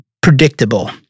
predictable